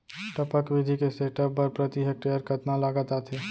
टपक विधि के सेटअप बर प्रति हेक्टेयर कतना लागत आथे?